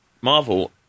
Marvel